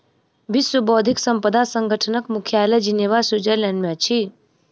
विश्व बौद्धिक संपदा संगठनक मुख्यालय जिनेवा, स्विट्ज़रलैंड में अछि